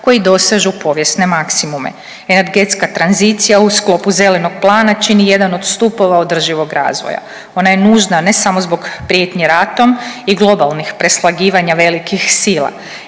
koji dosežu povijesne maksimume. Energetska tranzicija u sklopu zelenog plana čini jedan od stupova održivog razvoja. Ona je nužna, ne samo zbog prijetnji ratom i globalnih preslagivanja velikih sila,